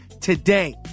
today